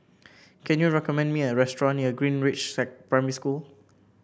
can you recommend me a restaurant near Greenridge Primary School